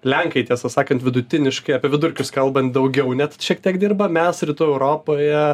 lenkai tiesą sakant vidutiniškai apie vidurkius kalbant daugiau net šiek tiek dirba mes rytų europoje